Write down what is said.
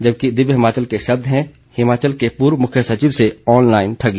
जबकि दिव्य हिमाचल के शब्द हैं हिमाचल के पूर्व मुख्य सचिव से ऑनलाइन ठगी